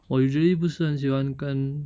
我 usually 不是很喜欢跟